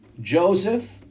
Joseph